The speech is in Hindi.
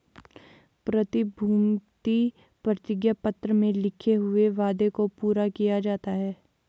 प्रतिभूति प्रतिज्ञा पत्र में लिखे हुए वादे को पूरा किया जाता है